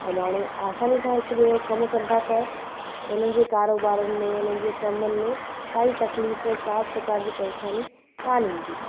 ऐं माण्हू आसानी सां हिक ॿिए जो कमु कंदा त हुन जे कारोबारनि में हुननि जे कमनि में काई तक़लीफ का बि प्रकार जी परेशानी कोन ईंदी